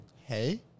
Hey